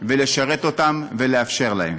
ולשרת אותם ולאפשר להם.